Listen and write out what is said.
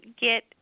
get